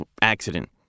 accident